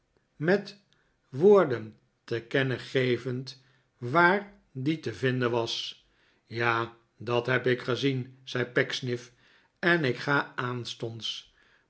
met woorden te kennen gevend waar die te vinden was ja dat heb ik gezien zei pecksniff en ik ga aanstonds